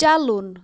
چَلُن